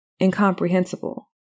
incomprehensible